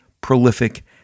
prolific